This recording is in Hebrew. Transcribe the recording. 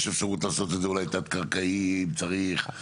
יש אפשרות לעשות את זה תת-קרקעי אם צריך,